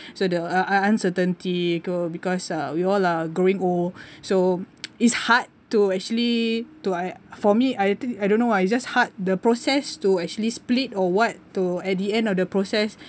so the uncertainty because uh we all are growing old so it's hard to actually to I for me I think I don't know ah it's just hard the process to actually split or what to at the end of the process